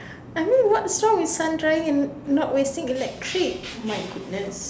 I mean what song is sun drying and not wasting electric my goodness